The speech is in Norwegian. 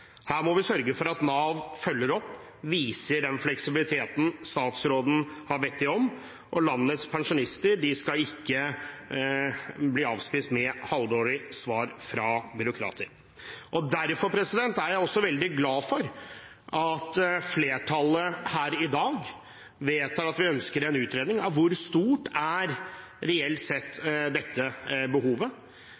Her må vi sørge for at Nav følger opp og viser den fleksibiliteten statsråden har bedt dem om. Landets pensjonister skal ikke bli avspist med halvdårlige svar fra byråkrater. Derfor er jeg veldig glad for at flertallet her i dag vedtar at vi ønsker en utredning av hvor stort dette behovet reelt sett